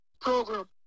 Program